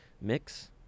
mix